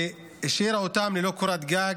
והשאירה אותם ללא קורת גג.